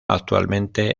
actualmente